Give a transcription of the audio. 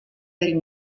del